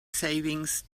savings